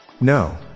no